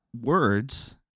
words